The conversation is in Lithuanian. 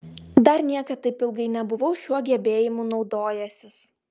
dar niekad taip ilgai nebuvau šiuo gebėjimu naudojęsis